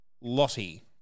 Lottie